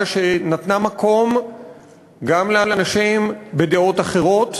שנתנה מקום גם לאנשים עם דעות אחרות,